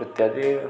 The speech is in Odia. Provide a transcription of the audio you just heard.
ଇତ୍ୟାଦି